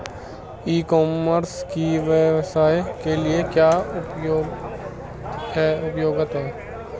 ई commerce की व्यवसाय के लिए क्या उपयोगिता है?